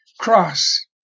cross